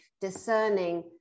discerning